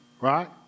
right